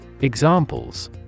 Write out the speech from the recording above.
Examples